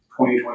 2020